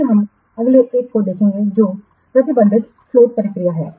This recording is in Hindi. फिर हम अगले एक को देखेंगे जो प्रतिबंधितफ्लोटप्रक्रिया है